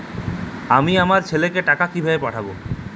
আমি আমার ছেলেকে টাকা কিভাবে পাঠাব?